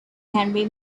henry